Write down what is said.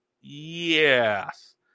yes